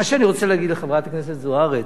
מה שאני רוצה להגיד לחברת הכנסת זוארץ,